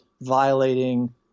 violating